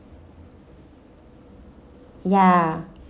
ya